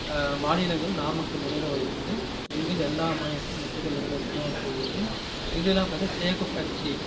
மாநிலங்கள் நாமக்கல் முதலிடம் வகிக்கிது இங்கேருந்து எல்லா மாநிலத்துலேயும் முட்டைகள் இங்கேருந்து தான் போகுது இதெலாம் பார்த்தீன்னா சேகோ ஃபேக்ட்ரி